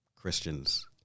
Christians